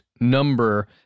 number